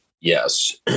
Yes